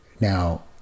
Now